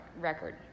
record